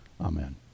Amen